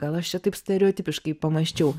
gal aš čia taip stereotipiškai pamąsčiau